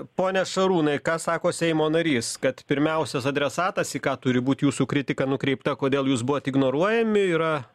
pone šarūnai ką sako seimo narys kad pirmiausias adresatas į ką turi būt jūsų kritika nukreipta kodėl jūs buvot ignoruojami yra